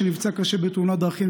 שנפצע קשה בתאונת דרכים,